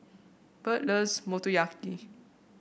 Bert loves Motoyaki